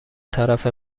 طرف